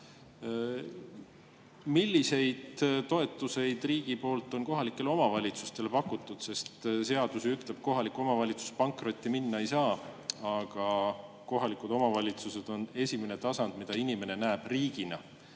milliseid toetusi on riik kohalikele omavalitsustele pakkunud? Seadus ütleb, et kohalik omavalitsus pankrotti minna ei saa, aga kohalikud omavalitsused on esimene tasand, mida inimene näeb riigina.